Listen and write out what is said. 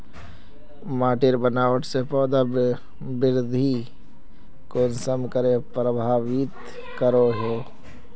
माटिर बनावट से पौधा वृद्धि कुसम करे प्रभावित करो हो?